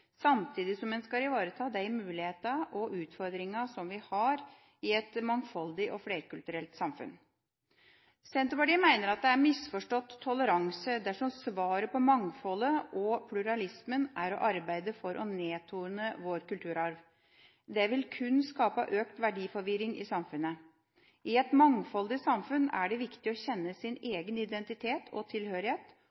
ivareta de mulighetene og utfordringene som vi har i et mangfoldig og flerkulturelt samfunn. Senterpartiet mener det er misforstått toleranse dersom svaret på mangfoldet og pluralismen er å arbeide for å nedtone vår kulturarv. Det vil kun skape økt verdiforvirring i samfunnet. I et mangfoldig samfunn er det viktig å kjenne sin